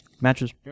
Matches